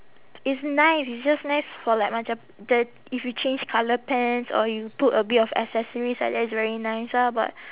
it's nice it's just nice for like macam the if you change colour pants or you put a bit of accessories like that it's very nice ah but